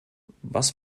was